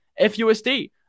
FUSD